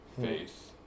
faith